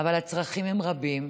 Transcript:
אבל הצרכים הם רבים,